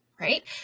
right